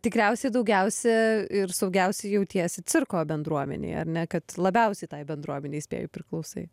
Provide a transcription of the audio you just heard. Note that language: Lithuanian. tikriausiai daugiausia ir saugiausia jautiesi cirko bendruomenėj ar ne kad labiausiai tai bendruomenei spėju priklausai